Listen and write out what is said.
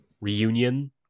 reunion